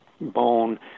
bone